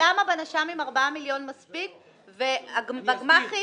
למה בנש"מים 4 מיליון מספיקים ובגמ"חים